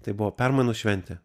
tai buvo permainų šventė